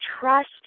trust